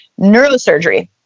neurosurgery